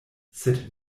sed